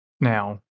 now